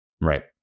Right